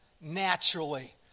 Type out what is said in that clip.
naturally